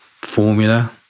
formula